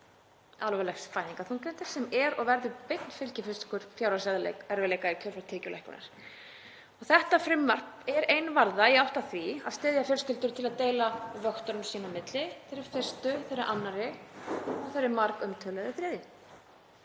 alvarlegs fæðingarþunglyndis sem er og verður beinn fylgifiskur fjárhagserfiðleika í kjölfar tekjulækkunar. Þetta frumvarp er ein varða í átt að því að styðja fjölskyldur til að deila vöktunum sín á milli; þeirri fyrstu, þeirri annarri og þeirri margumtöluðu þriðju.